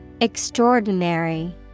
Extraordinary